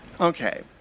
Okay